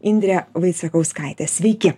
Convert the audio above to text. indrė vaicekauskaitė sveiki